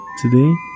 Today